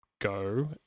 go